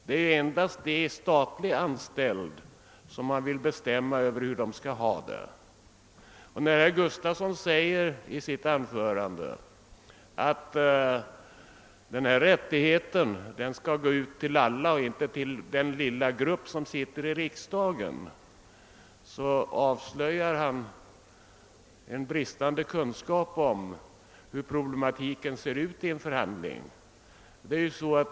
Det är endast de i statlig tjänst anställda som man vill bestämma över och fastslå hur de skall ha det. När herr Gustavsson i Alvesta i sitt anförande säger att denna rättighet skall gälla alla och inte bara den lilla grupp som sitter i riksdagen, avslöjar han därmed bristande kunskap om problematiken vid en förhandling.